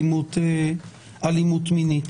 סעיף 74 ו-108,